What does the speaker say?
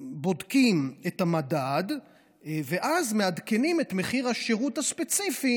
אז בודקים את המדד ואז מעדכנים את מחיר השירות הספציפי,